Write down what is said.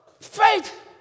Faith